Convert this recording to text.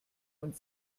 und